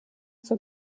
zur